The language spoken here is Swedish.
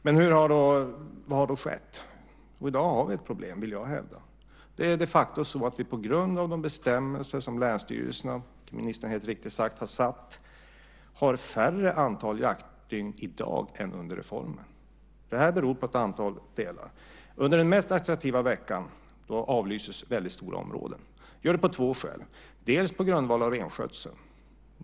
Men vad har då skett? I dag har vi ett problem, vill jag hävda. De facto har vi på grund av de bestämmelser som länsstyrelserna har infört, som ministern helt riktigt sade, ett mindre antal jaktdygn i dag än under reformen. Det beror på ett antal saker. Under den mest attraktiva veckan avlyses stora områden. Det gör man av två skäl. Delvis gör man det på grundval av renskötseln.